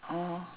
orh